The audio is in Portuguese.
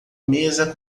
mesa